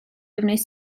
wnes